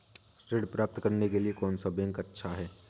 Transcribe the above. ऋण प्राप्त करने के लिए कौन सा बैंक अच्छा है?